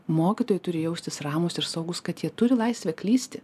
mokytojai turi jaustis ramūs ir saugūs kad jie turi laisvę klysti